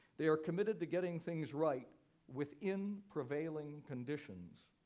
they are committed to getting things right within prevailing conditions.